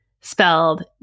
spelled